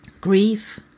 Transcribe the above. grief